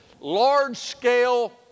large-scale